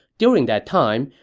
during that time,